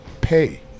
pay